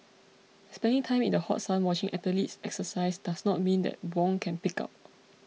spending time in the hot sun watching athletes exercise does not mean that Wong can pig out